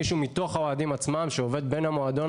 מישהו מתוך האוהדים עצמם שעובד בין המועדון,